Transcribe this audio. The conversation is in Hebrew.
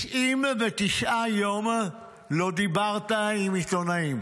99 יום לא דיברת עם עיתונאים,